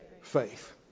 faith